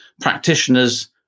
practitioners